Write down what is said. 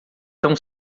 tão